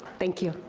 thank you.